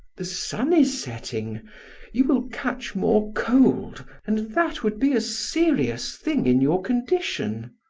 the sun is setting you will catch more cold and that would be a serious thing in your condition.